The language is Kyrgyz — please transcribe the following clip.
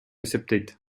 эсептейт